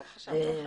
לא חשבנו אחרת.